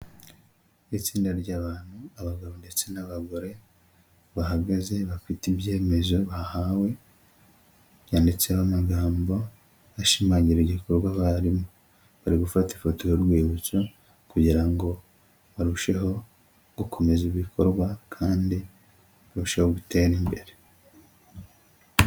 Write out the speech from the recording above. Itsinda ry'abantu abagabo ndetse n'abagore bahagaze bafite ibyemezo bahawe, byanditseho amagambo ashimangira igikorwa barimo, bari gufata ifoto y'urwibutso kugira ngo barusheho gukomeza ibikorwa kandi barusheho gutera imbere.